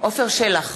עפר שלח,